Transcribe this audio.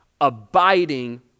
abiding